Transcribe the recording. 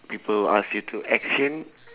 people ask you to action